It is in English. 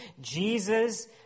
Jesus